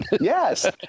Yes